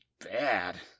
bad